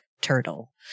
turtle